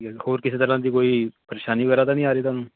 ਹੋਰ ਕਿਸੇ ਤਰ੍ਹਾਂ ਦੀ ਕੋਈ ਪਰੇਸ਼ਾਨੀ ਵਗੈਰਾ ਤਾਂ ਨਹੀਂ ਆ ਰਹੀ ਤੁਹਾਨੂੰ